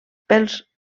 pels